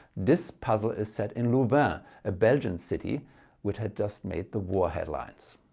this puzzle is set in louvain a belgian city which had just made the war headlines.